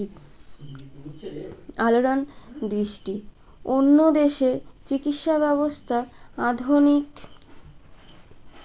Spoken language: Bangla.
আলোড়ন সৃষ্টি অন্য দেশে চিকিৎসা ব্যবস্থা আধুনিক